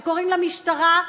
שקוראים למשטרה,